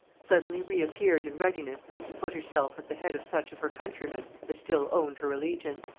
suddenly reappeared in readiness to put herself at the head of such of her countrymen as still owned her allegiance.